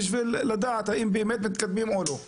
בשביל לדעת האם באמת מתקדמים או לא.